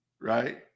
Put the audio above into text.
right